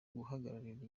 guhagarira